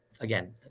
again –